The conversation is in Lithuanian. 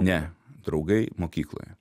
ne draugai mokykloje